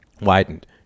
widened